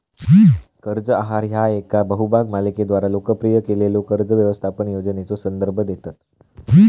कर्ज आहार ह्या येका बहुभाग मालिकेद्वारा लोकप्रिय केलेल्यो कर्ज व्यवस्थापन योजनेचो संदर्भ देतत